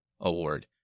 Award